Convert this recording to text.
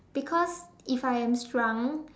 because if I am shrunk